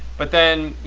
but then,